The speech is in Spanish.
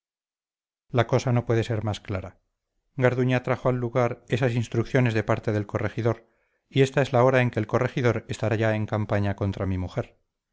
la cosa no puede ser más clara garduña trajo al lugar esas instrucciones de parte del corregidor y ésta es la hora en que el corregidor estará ya en campaña contra mi mujer